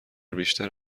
بیشتر